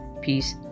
peace